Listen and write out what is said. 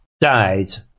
dies